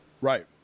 Right